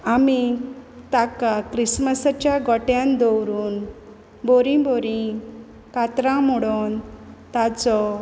आमी ताका क्रिसमसाच्या गोट्यान दवरून बरीं बरीं कातरां म्हुडोन ताचो